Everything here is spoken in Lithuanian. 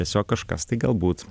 tiesiog kažkas tai galbūt